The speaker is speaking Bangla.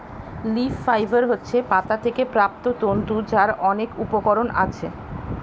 লিফ ফাইবার হচ্ছে পাতা থেকে প্রাপ্ত তন্তু যার অনেক উপকরণ আছে